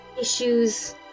issues